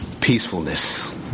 peacefulness